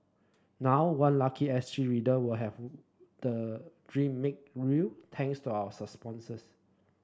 now one lucky S T reader will have the dream made real thanks to our sponsors